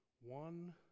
One